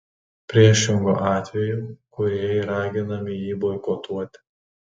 priešingu atveju kūrėjai raginami jį boikotuoti